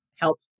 help